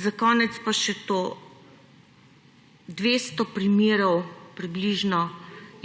Za konec pa še to. 200 primerov približno